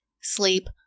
sleep